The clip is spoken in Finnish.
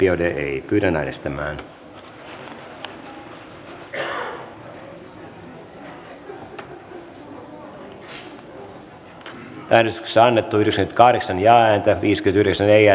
eva biaudet on johanna ojala niemelän kannattamana ehdottanut että pykälä hyväksytään vastalauseen mukaisena